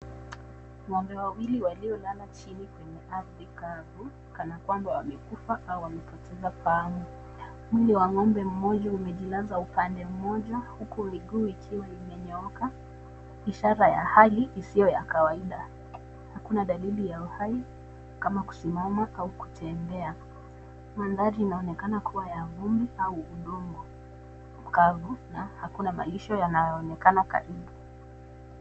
Ng'ombe wawili waliolala chini kwenye ardhi kavu kana kwamba wamekufa au wamepoteza fahamu. Mwili wa ng'ombe mmoja umejilaza upande mmoja huku miguu ikiwa imenyooka ishara ya hali isiyo ya kawaida. Hakuna dalili ya uhai kama kusimama au kutembea. Mandhari inaonekana kuwa ya vumbi au udongo mkavu na hakuna malisho yanayoonekana karibu.